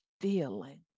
feeling